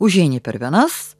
užeini per vienas